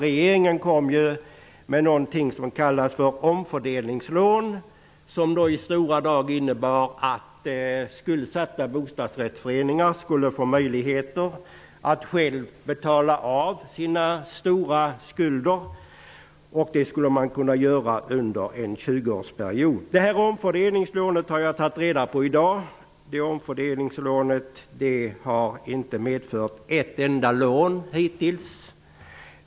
Den kom med någonting som kallades omfördelningslån och som i stora drag innebär att skuldsatta bostadsrättsföreningar skall få möjligheter att själva betala av sina stora skulder under en 20-årsperiod. Men i dag har jag tagit reda på att inte ett enda sådant omfördelningslån hittills har tagits.